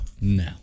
No